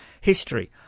history